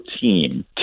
team